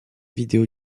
vidéo